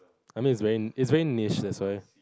I mean is very is very niche that's why